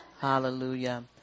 Hallelujah